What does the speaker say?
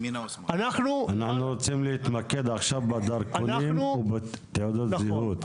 אנחנו רוצים להתמקד עכשיו בדרכונים ובתעודות זהות,